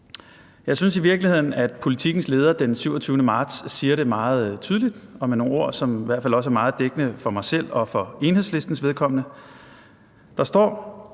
Jeg synes i virkeligheden, at Politikens leder den 27. marts siger det meget tydeligt og med nogle ord, som i hvert fald også er meget dækkende for mig selv og for Enhedslistens vedkommende. Der står: